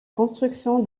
construction